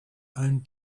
own